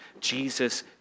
Jesus